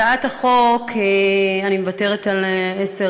הצעת החוק, אני מוותרת על עשר